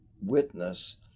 Witness